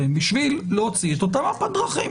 להוציא את מפת הדרכים,